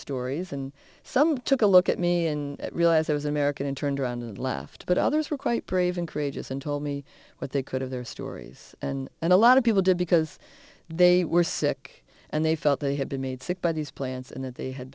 stories and some took a look at me and realized i was american and turned around and left but others were quite brave and courageous and told me what they could of their stories and a lot of people did because they were sick and they felt they had been made sick by these plans and that they had